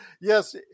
yes